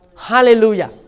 Hallelujah